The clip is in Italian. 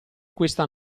questa